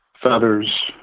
feathers